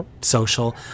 social